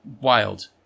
wild